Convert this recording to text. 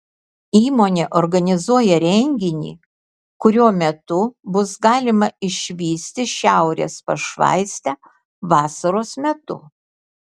įmonė organizuoja renginį kurio metu bus galima išvysti šiaurės pašvaistę vasaros metu